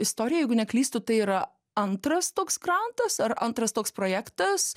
istorijoj jeigu neklystu tai yra antras toks kartas ar antras toks projektas